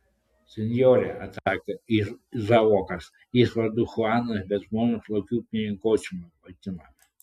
senjore atsakė izaokas jis vardu chuanas bet žmonės lokiu piniguočiumi vadina